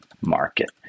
market